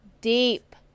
deep